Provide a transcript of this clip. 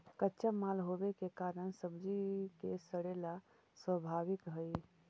कच्चा माल होवे के कारण सब्जि के सड़ेला स्वाभाविक हइ